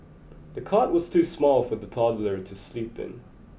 the cot was too small for the toddler to sleep in